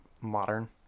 modern